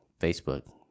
Facebook